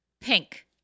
Pink